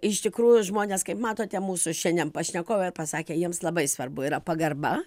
iš tikrųjų žmonės kaip matote mūsų šiandien pašnekovė pasakė jiems labai svarbu yra pagarba